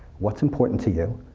what's important to you?